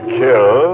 kill